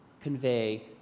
convey